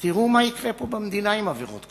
תראו מה יקרה פה במדינה עם עבירות כלכליות.